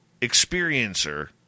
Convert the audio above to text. experiencer